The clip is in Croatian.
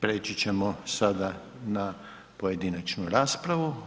Preći ćemo sada na pojedinačnu raspravu.